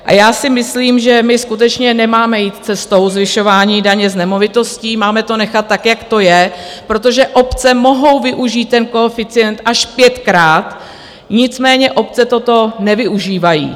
A já si myslím, že my skutečně nemáme jít cestou zvyšování daně z nemovitostí, máme to nechat tak, jak to je, protože obce mohou využít ten koeficient až pětkrát, nicméně obce toto nevyužívají.